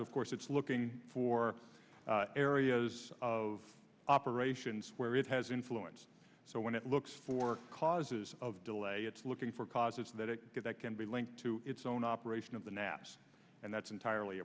of course it's looking for areas of operations where it has influence so when it looks for causes of delay it's looking for causes that it can be linked to it's own operation of the naps and that's entirely